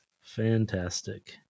fantastic